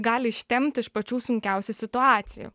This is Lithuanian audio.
gali ištempt iš pačių sunkiausių situacijų